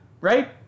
right